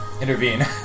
intervene